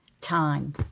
time